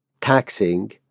taxing